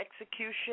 execution